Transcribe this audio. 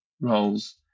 roles